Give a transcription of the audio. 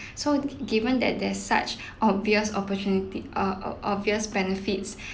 so given that there's such obvious opportunity uh uh obvious benefits